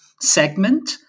segment